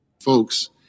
Folks